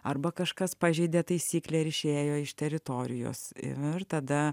arba kažkas pažeidė taisyklę ir išėjo iš teritorijos ir tada